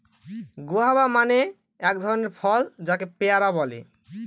guava মানে এক ধরনের ফল যাকে পেয়ারা বলে